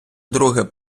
друге